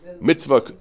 mitzvah